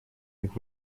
как